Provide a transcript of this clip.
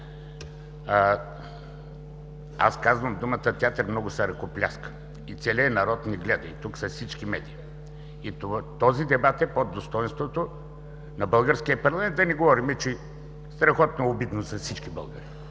Аз казах думите: „театър, много се ръкопляска и целият народ ни гледа“. Тук са всички медии. Този дебат е под достойнството на българския парламент, да не говорим, че е страхотно обидно за всички българи.